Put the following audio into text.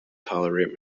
tolerate